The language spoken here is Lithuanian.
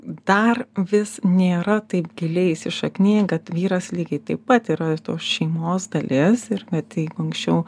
dar vis nėra taip giliai įsišakniję kad vyras lygiai taip pat yra tos šeimos dalis ir bet jeigu anksčiau